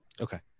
Okay